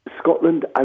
Scotland